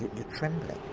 you're trembling!